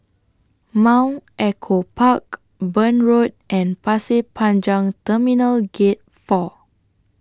Mount Echo Park Burn Road and Pasir Panjang Terminal Gate four